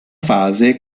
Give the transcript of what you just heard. fase